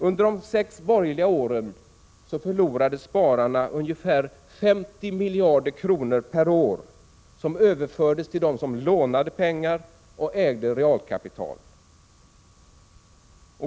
Under de sex borgerliga åren förlorade spararna ungefär 50 miljarder kronor per år som överfördes till dem som lånade pengar och ägde realkapital.